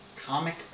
Comic